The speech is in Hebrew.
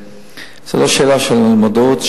זה לא שאלה של מודעות.